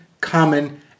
common